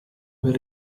per